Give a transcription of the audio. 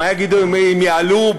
מה יגידו אם יעלו,